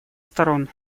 сторон